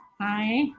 Hi